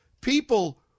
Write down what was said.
people